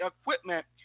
equipment